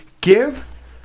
Give